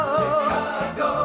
Chicago